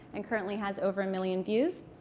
and currently has over a million views.